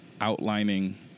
outlining